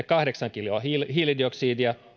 kahdeksan kiloa hiilidioksidia